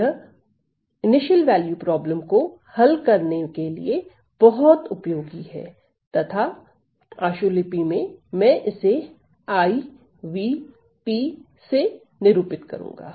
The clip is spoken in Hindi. यह प्रारंभिक मान समस्याओं को हल करने के लिए बहुत उपयोगी है तथा आशुलिपि में मैं इसे IVP से निरूपित करूंगा